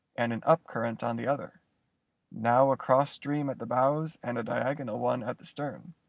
and an up current on the other now a cross stream at the bows and diagonal one at the stern,